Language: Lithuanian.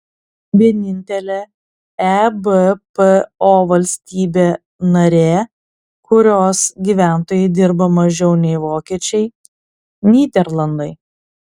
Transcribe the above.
vienintelė ebpo valstybė narė kurios gyventojai dirba mažiau nei vokiečiai nyderlandai